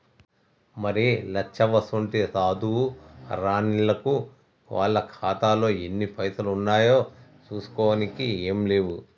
మరి లచ్చవ్వసోంటి సాధువు రానిల్లకు వాళ్ల ఖాతాలో ఎన్ని పైసలు ఉన్నాయో చూసుకోనికే ఏం లేవు